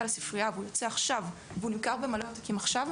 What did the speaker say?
לספרייה והוא יוצא עכשיו והוא נמכר במלא עותקים עכשיו,